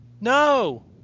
No